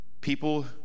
people